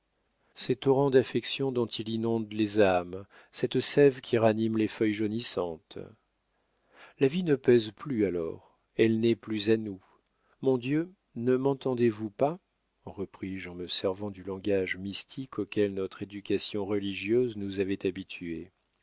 ces torrents d'affection dont il inonde les âmes cette sève qui ranime les feuilles jaunissantes la vie ne pèse plus alors elle n'est plus à nous mon dieu ne m'entendez-vous pas repris-je en me servant du langage mystique auquel notre éducation religieuse nous avait habitués